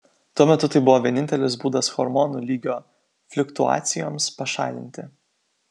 tuo metu tai buvo vienintelis būdas hormonų lygio fliuktuacijoms pašalinti